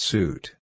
Suit